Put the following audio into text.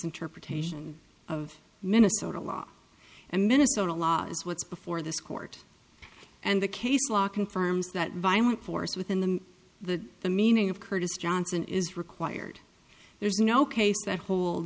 interpretation of minnesota law and minnesota law is what's before this court and the case law confirms that violent force within the the the meaning of curtis johnson is required there's no case that hol